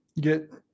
get